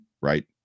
right